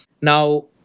Now